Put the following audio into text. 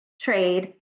trade